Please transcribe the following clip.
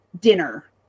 dinner